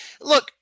Look